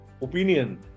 opinion